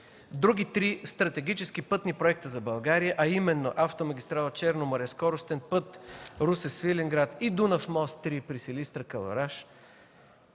Други три стратегически пътни проекта за България, а именно автомагистрала „Черно море”, скоростен път Русе – Свиленград и Дунав мост 3 при Силистра – Кълъраш